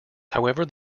however